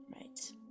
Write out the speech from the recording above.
Right